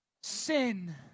sin